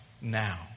Now